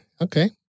Okay